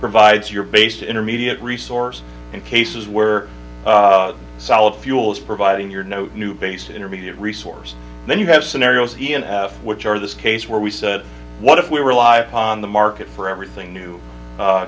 provides your based intermediate resource in cases where solid fuels providing you're no new base intermediate resource then you have scenarios e n f which are this case where we said what if we rely upon the market for everything new